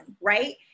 right